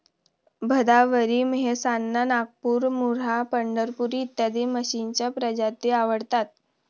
भदावरी, मेहसाणा, नागपुरी, मुर्राह, पंढरपुरी इत्यादी म्हशींच्या प्रजाती आढळतात